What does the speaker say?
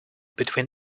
between